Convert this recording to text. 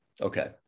okay